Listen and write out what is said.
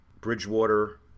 Bridgewater